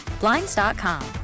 Blinds.com